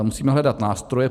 Musíme hledat nástroje.